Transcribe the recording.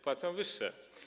Płacą wyższe.